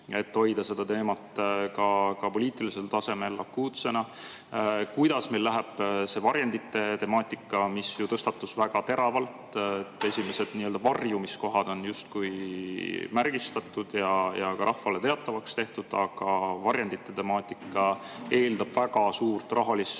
et hoida seda teemat ka poliitilisel tasemel akuutsena. Kuidas meil läheb varjendite temaatikaga, mis tõstatus väga teravalt? Esimesed varjumiskohad on märgistatud ja rahvale teatavaks tehtud, aga varjendid eeldavad väga suurt rahalist